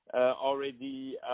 already